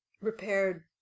repaired